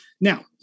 Now